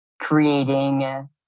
creating